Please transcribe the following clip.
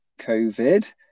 covid